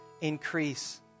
increase